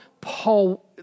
Paul